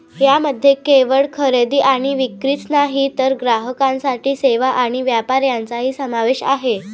यामध्ये केवळ खरेदी आणि विक्रीच नाही तर ग्राहकांसाठी सेवा आणि व्यापार यांचाही समावेश आहे